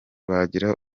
bagira